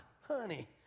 honey